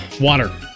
Water